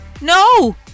no